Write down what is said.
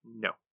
No